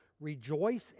rejoice